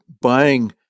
buying